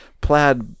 plaid